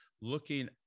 looking